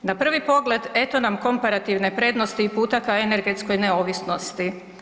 Na prvi pogled eto nam komparativne prednosti i putaka energetskoj neovisnosti.